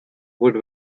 would